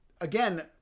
again